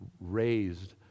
raised